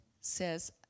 says